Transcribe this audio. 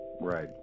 Right